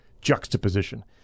juxtaposition